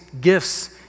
gifts